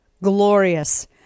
glorious